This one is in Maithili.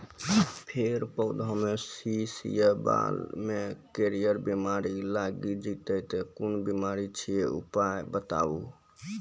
फेर पौधामें शीश या बाल मे करियर बिमारी लागि जाति छै कून बिमारी छियै, उपाय बताऊ?